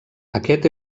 aquest